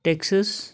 टेकसिस